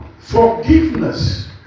Forgiveness